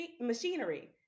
machinery